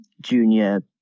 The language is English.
junior